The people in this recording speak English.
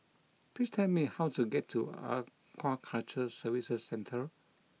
Please tell me how to get to Aquaculture Services Centre